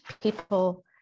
people